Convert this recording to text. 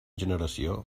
generació